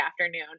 afternoon